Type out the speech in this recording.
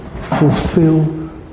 fulfill